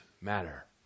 matter